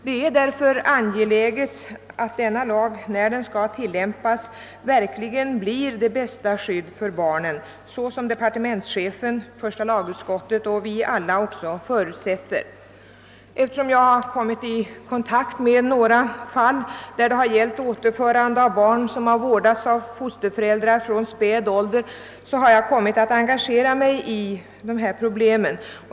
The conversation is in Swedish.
Det är därför angeläget att denna lag, när den skall tillämpas, verkligen blir det bästa möjliga skyddet för barnen så som departementschefen, första lagutskottet och vi alla också förutsätter. Eftersom jag kommit i kontakt med några fall, där det har gällt återförande av barn som vårdats av fosterföräldrar från späd ålder, har jag kommit att engagera mig i dessa problem.